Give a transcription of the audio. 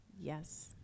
Yes